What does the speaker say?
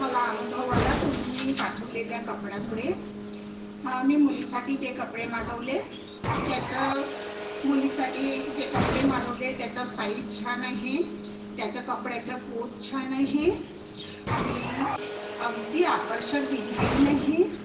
मला अनुभव आला तुम्ही पाठवलेल्या कपड्यामुळे मी मुलीसाठी जे कपडे मागवले त्याचं मुलीसाठी जे कपडे मागवले त्याचा साईज छान आहे त्याच्या कपड्याचं पोत छान आहे आणि अगदी आकर्षक डिझाईन आहे